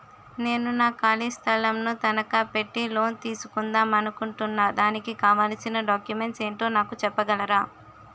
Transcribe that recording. నేను నా ఖాళీ స్థలం ను తనకా పెట్టి లోన్ తీసుకుందాం అనుకుంటున్నా దానికి కావాల్సిన డాక్యుమెంట్స్ ఏంటో నాకు చెప్పగలరా?